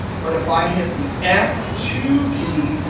but if i hit the f two key,